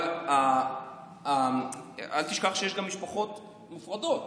אבל אל תשכח שיש גם משפחות מופרדות,